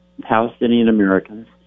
Palestinian-Americans